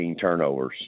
turnovers